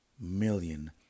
million